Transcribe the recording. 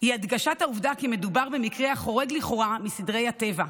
היא הדגשת העובדה כי מדובר במקרה החורג לכאורה מסדרי הטבע.